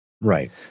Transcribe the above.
right